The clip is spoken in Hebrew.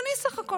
הגיוני, סך הכול,